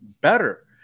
better